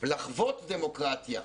לחוות דמוקרטיה,